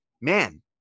man